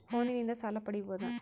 ಫೋನಿನಿಂದ ಸಾಲ ಪಡೇಬೋದ?